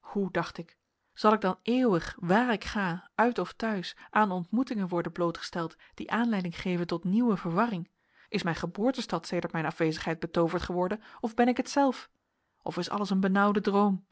hoe dacht ik zal ik dan eeuwig want ik ga uit of thuis aan ontmoetingen worden blootgesteld die aanleiding geven tot nieuwe verwarring is mijn geboortestad sedert mijn afwezigheid betooverd geworden of ben ik het zelf of is alles een benauwde droom